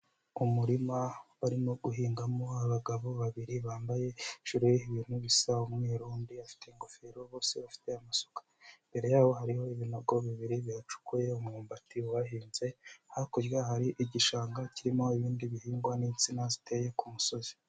Umurima barimo guhingamo abagabo babiri bambaye hejuru ibintu bisa umweru, undi afite ingofero, bose bafite amasuka. Imbere yaho hariho ibinogo bibiri bihacukuye, umwumbati uhahinze, hakurya hari igishanga kirimo ibindi bihingwa n'insina ziteye ku musozi.